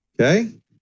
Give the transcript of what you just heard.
okay